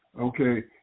okay